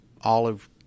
olive